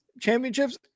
championships